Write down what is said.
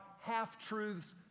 half-truths